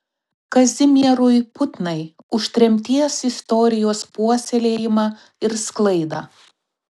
kazimierui putnai už tremties istorijos puoselėjimą ir sklaidą